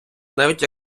навіть